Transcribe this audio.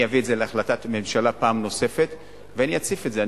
אני אביא את זה להחלטת הממשלה פעם נוספת ואני אציף את זה.